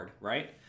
right